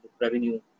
revenue